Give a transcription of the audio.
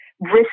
risk